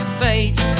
fate